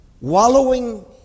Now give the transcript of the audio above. Wallowing